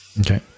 Okay